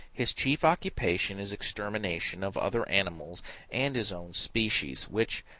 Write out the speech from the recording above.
his chief occupation is extermination of other animals and his own species, which,